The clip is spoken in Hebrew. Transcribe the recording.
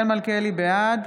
בעד